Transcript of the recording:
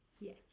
Yes